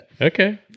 Okay